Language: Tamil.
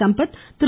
சம்பத் திரு